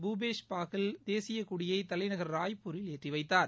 பூபேஷ் பாகெல் தேசியக்கொடியை தலைநகர் ராய்பூரில் ஏற்றி வைத்தார்